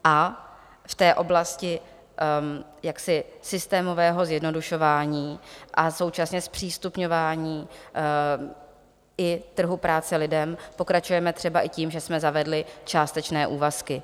A v té oblasti systémového zjednodušování a současně zpřístupňování i trhu práce lidem pokračujeme třeba i tím, že jsme zavedli částečné úvazky.